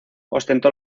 ostentó